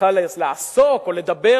בכלל לעסוק, או לדבר